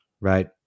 right